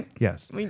Yes